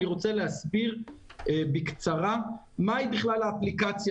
אני רוצה להסביר בקצרה מה היא בכלל האפליקציה